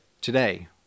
today